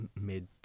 mid